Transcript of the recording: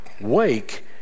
wake